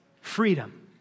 freedom